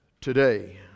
today